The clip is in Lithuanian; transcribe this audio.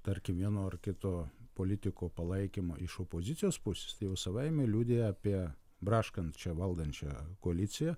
tarkim vieno ar kito politiko palaikymą iš opozicijos pusės tai jau savaime liudija apie braškančią valdančią koaliciją